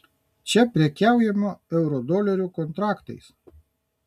čia prekiaujama eurodolerių kontraktais